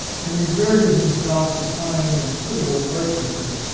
and exerted himself to find a suitable purchaser.